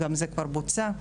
גם זה כבר בוצע.